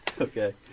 okay